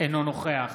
אינו נוכח